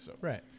Right